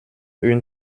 une